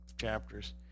chapters